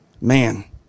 Man